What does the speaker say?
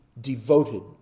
Devoted